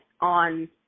on